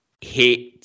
hate